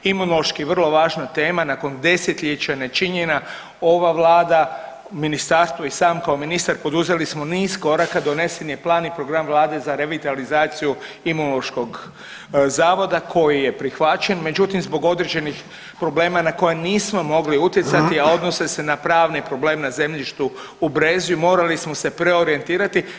Imunološki je vrlo važna tema, nakon desetljeća nečinjenja ova vlada, ministarstvo i sam kao ministar poduzeli smo niz koraka, donesen je plan i program vlade za revitalizaciju Imunološkog zavoda koji je prihvaćen, međutim zbog određenih problema na koje nismo mogli utjecati, a odnose na pravni problem na zemljištu u Brezju morali smo se preorijentirati.